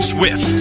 Swift